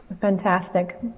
Fantastic